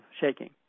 shaking